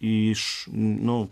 iš nu